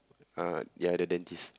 uh ya the dentist